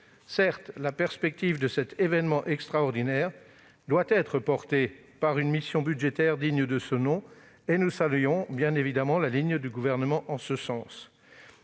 Certes, la perspective de cet événement extraordinaire doit être portée par un programme budgétaire digne de ce nom, et nous saluons bien évidemment cette ligne du Gouvernement. Cependant,